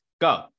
go